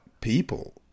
people